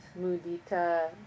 mudita